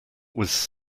was